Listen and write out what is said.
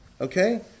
Okay